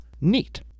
Neat